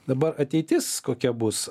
dabar ateitis kokia bus